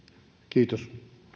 kiitos